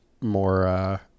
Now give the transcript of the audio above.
more